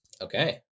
okay